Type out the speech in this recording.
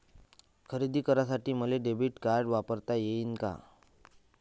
खरेदी करासाठी मले डेबिट कार्ड वापरता येईन का?